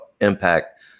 impact